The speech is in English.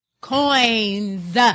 Coins